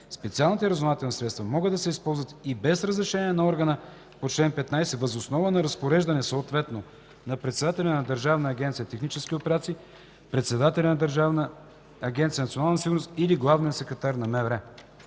специалните разузнавателни средства могат да се използват и без разрешение на органа по чл. 15 въз основа на разпореждане съответно на председателя на Държавна агенция „Технически операции”, председателя на Държавна агенция „Национална сигурност” или главния секретар на МВР.”